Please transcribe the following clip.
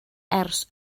ers